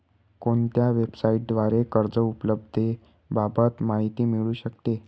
कोणत्या वेबसाईटद्वारे कर्ज उपलब्धतेबाबत माहिती मिळू शकते?